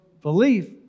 belief